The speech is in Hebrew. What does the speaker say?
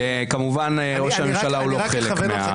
שכמובן, ראש הממשלה הוא לא חלק מהציבור.